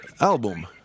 album